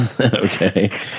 Okay